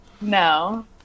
No